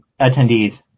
attendees